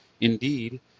Indeed